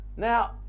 Now